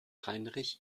heinrich